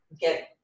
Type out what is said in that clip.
get